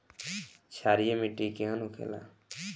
क्षारीय मिट्टी केहन होखेला?